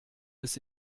bis